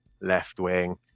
left-wing